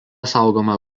saugoma